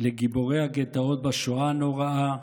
לגיבורי הגטאות בשואה הנוראה,